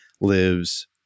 lives